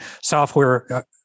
software